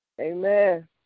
Amen